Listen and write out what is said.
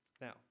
Now